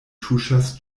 tuŝas